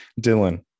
Dylan